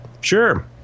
Sure